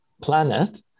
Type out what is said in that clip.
planet